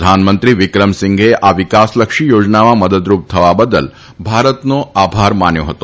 પ્રધાનમંત્રી વિક્રમસિંઘેએ આ વિકાસલક્ષી યોજનામાં મદદરૂપ થવા બદલ ભારતનો આભાર માન્યો હતો